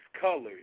Colors